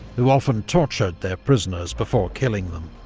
who often tortured their prisoners before killing them.